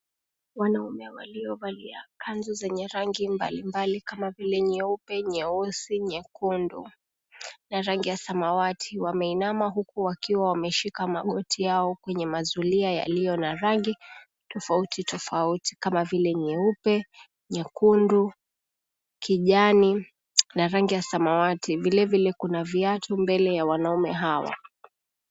Wanaume waliovalia kanzu zenye rangi mbalimbali kama vile nyeupe, nyeusi, nyekundu na rangi ya samawati wameinama huku wakiwa wameshika magoti yao kwenye mazulia yaliyo na rangi tofautitofauti kama vile: nyeupe, nyekundu, kijani na rangi ya samawati. Vilevile kuna viatu mbele ya wanaume hawa.